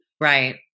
Right